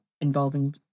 involving